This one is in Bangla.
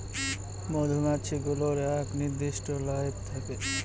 মধুমাছি গুলোর এক নির্দিষ্ট লাইফ থাকে